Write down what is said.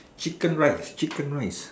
chicken rice chicken rice